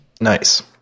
Nice